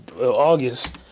August